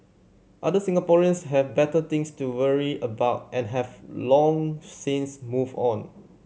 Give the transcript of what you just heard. other Singaporeans have better things to worry about and have long since moved on